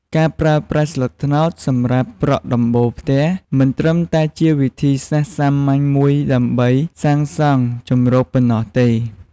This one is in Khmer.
ការប្រើប្រាស់ស្លឹកត្នោតសម្រាប់ប្រក់ដំបូលផ្ទះមិនត្រឹមតែជាវិធីសាស្ត្រសាមញ្ញមួយដើម្បីសាងសង់ជម្រកប៉ុណ្ណោះទេ។